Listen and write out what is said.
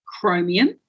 chromium